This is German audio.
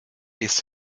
ist